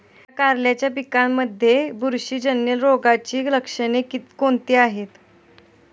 माझ्या कारल्याच्या पिकामध्ये बुरशीजन्य रोगाची लक्षणे कोणती आहेत?